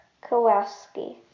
Kowalski